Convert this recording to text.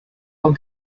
will